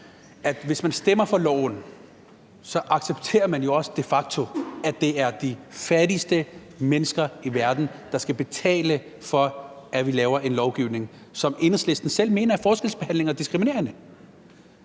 at hvis man stemmer for lovforslaget, så accepterer man også de facto, at det er de fattigste mennesker i verden, der skal betale for, at vi laver en lovgivning, som Enhedslisten selv mener forskelsbehandler og diskriminerer.